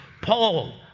Paul